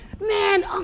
man